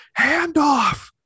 handoff